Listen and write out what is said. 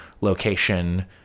location